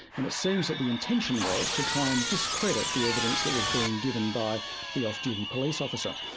and it seems that the intention was to try and discredit the evidence that was being given by the off-duty police officer.